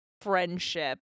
friendship